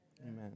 Amen